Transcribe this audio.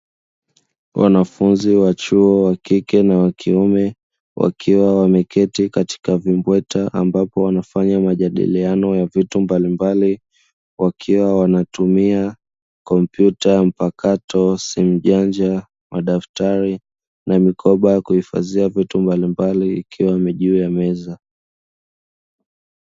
Wanafunzi wa chuo wa kike na wa kiume wakiwa wameketi katika vimbweta ambapo wanafanya majadiliano ya vitu mbalimbali wakiwa wanatumia kompyuta mpakato, simu janja, madaftari na mikoba ya kuhifadhia vitu mbalimbali ikiwa juu ya meza.